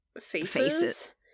faces